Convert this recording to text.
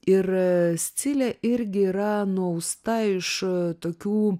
ir scilė irgi yra nuausta iš tokių